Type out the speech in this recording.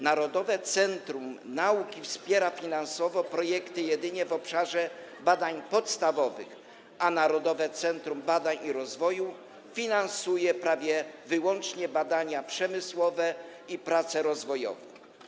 Narodowe Centrum Nauki wspiera finansowo projekty jedynie w obszarze badań podstawowych, a Narodowe Centrum Badań i Rozwoju finansuje prawie wyłącznie badania przemysłowe i prace rozwojowe.